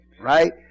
right